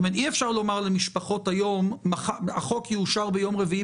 אי אפשר לומר למשפחות היום: החוק יאושר ביום רביעי